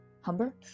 humber